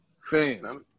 Fan